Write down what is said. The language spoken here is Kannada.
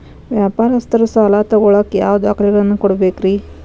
ವ್ಯಾಪಾರಸ್ಥರು ಸಾಲ ತಗೋಳಾಕ್ ಯಾವ ದಾಖಲೆಗಳನ್ನ ಕೊಡಬೇಕ್ರಿ?